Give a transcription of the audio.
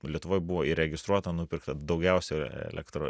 lietuvoj buvo įregistruota nupirkta daugiausia elektro